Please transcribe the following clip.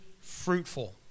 fruitful